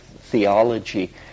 theology